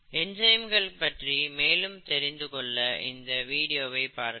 என்சைம்கள் பற்றி மேலும் தெரிந்து கொள்ள இந்த வீடியோவை பார்க்கவும்